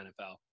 NFL